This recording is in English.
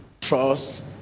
trust